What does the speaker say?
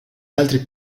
altri